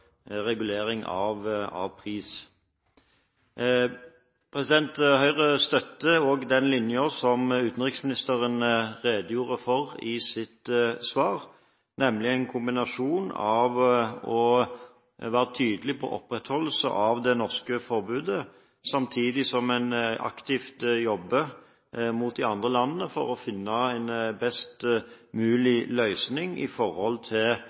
pris. Høyre støtter også den linjen som utenriksministeren redegjorde for i sitt svar, nemlig en kombinasjon av å være tydelig på opprettholdelse av det norske forbudet, samtidig som en aktivt jobber mot de andre landene for å finne en best mulig løsning for å begrense skadevirkningen eller mulighetene for rettede tv-sendinger. Vi er jo i